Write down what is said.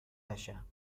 نشم